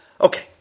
Okay